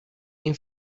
این